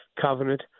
covenant